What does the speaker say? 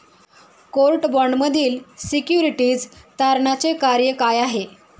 Court बाँडमधील securities तारणाचे कार्य काय आहे?